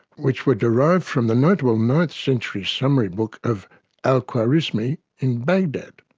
which were derived from the notable ninth century summary book of al-khwarizmi in baghdad.